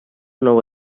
nuevo